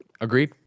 Agreed